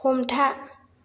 हमथा